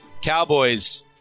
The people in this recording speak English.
cowboys